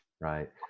right